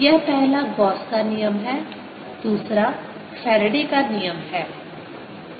यह पहला गॉस का नियम Gausss law है दूसरा फ़ैराडे का नियम Faraday's law है